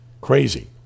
Crazy